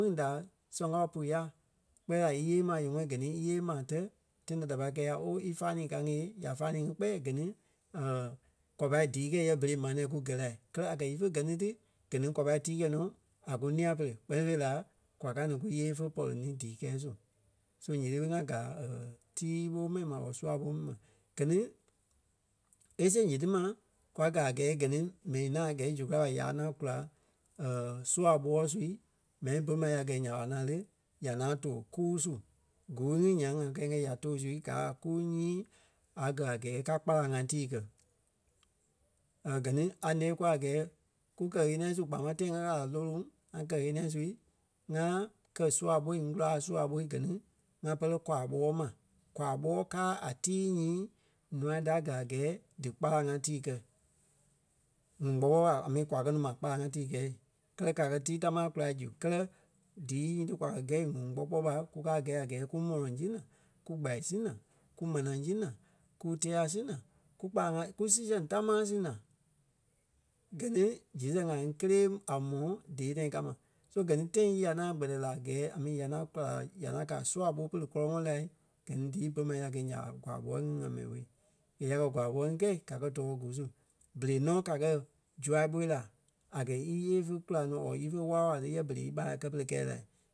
kpîŋ da sɛŋ kao pú ya kpɛɛ la íyee ma yeŋɔɔ gɛ ni íyee ma tɛ̀ tãi ta da pai kɛɛ ya ooo í fanii ká ŋí aa ya fanii ŋí kpɛɛ gɛ ni kwa pai díi kɛi yɛ berei maa nɛ̃ɛ kú gɛ lai. Kɛ́lɛ a kɛ̀ ífe gɛ ni ti gɛ ni kwa pai tíi kɛi nɔ a kú nîa pere kpɛ́ni fêi la kwa káa ní kúyee fe pɔri ní díi kɛɛ su. So nyiti ɓé ŋa gaa tii ɓo mɛni ma or sûa ɓo mɛni ma. Gɛ ni e siɣe nyiti ma kwa gaa a gɛɛ gɛ ni mɛni ŋaŋ gɛi í zu kulâi ɓa ya ŋaŋ kula sûa ɓóɔɔ sui mɛni bôlu mai ya gɛi nya ɓa ŋaŋ lé, ya ŋaŋ tóo kuu su. Gûui ŋí nyaŋ ŋa kɛɛ ŋí ya tóo su gaa a kuu nyii a gɛ̀ a gɛɛ ka kpâlaŋ ŋa tii kɛ̀. Gɛ ni a lɛ́ kûa a gɛɛ kú kɛ-ɣeniɛi su kpaa máŋ tãi ŋa kaa a lôloŋ ŋa kɛ ɣeniɛi sui ŋa kɛ̀ sûa ɓo ŋ́gula a sûa ɓo gɛ ni ŋa pɛlɛ kwaa ɓóɔɔ ma. Kwaa ɓóɔɔ kaa a tíi nyii ǹûai da gaa a gɛɛ dí kpâlaŋ ŋa tíi kɛ. ŋuŋ kpɔ́ kpɔɔi ɓa a mi kwa kɛ nɔ ma kpâlaŋ ŋa tíi kɛɛ. Kɛ́lɛ ka kɛ̀ tíi támaa kula zu. Kɛlɛ díi nyiŋí kwa kɛ gɛi ŋuŋ kpɔ́ kpɔɔi ɓa kúkaa gɛi a gɛɛ kú mɔlɔŋ zi naa, kú gbai si naa, kú manaa si naa, kú tíya si naa, kú kpâlaŋ ŋa kú sii sɛŋ támaa si naa. Gɛ ni zii sɛŋ ŋa ŋí kélee a mɔ́ dée tãi ka ma. So gɛ ni tãi nyii ya ŋaŋ kpɛtɛ la a gɛɛ a mi ya ŋaŋ kula ŋa kaa a sûa ɓo pere kɔlɔŋɔɔ lai gɛ ni díi bôlu ma ya gɛi nya ɓa kwaa ɓóɔɔ ŋí ŋa mɛni ɓó. Yɛ ya kɛ̀ kwaa ɓóɔɔ ŋí kɛi kakɛ tɔɔ gûui su. Berei nɔ kakɛ zûa ɓo la a kɛ̀ íyee fe kula ní or ífe wála-wala laa ni yɛ berei íɓarâa kɛ pere kɛɛ la